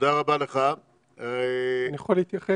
אני יכול להתייחס?